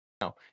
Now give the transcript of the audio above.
no